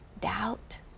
doubt